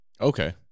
Okay